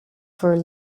for